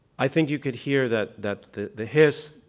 i think you could hear that that the the hiss